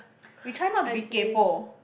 we try not to be kaypo